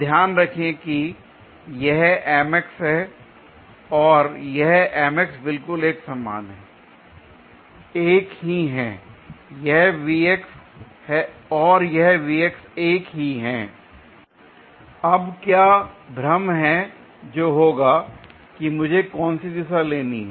अब ध्यान रखें की यह और यह बिल्कुल एक समान हैं एक ही है यह और यह एक ही है l अब क्या भ्रम है जो होगा कि मुझे कौन सी दिशा लेनी है